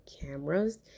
cameras